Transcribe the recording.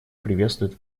приветствует